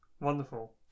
wonderful